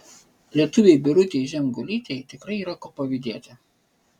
lietuvei birutei žemgulytei tikrai yra ko pavydėti